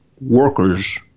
workers